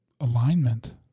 alignment